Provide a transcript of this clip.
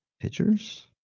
pictures